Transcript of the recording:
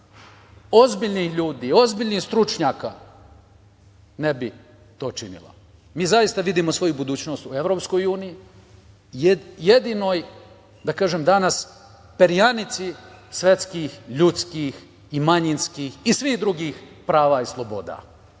ozbiljnih ljudi, ozbiljnih stručnjaka ne bi to činila. Mi zaista vidimo svoju budućnost u EU, jedinoj, da kažem, danas perjanici svetskih, ljudskih i manjinskih i svih drugih prava i sloboda. Evo,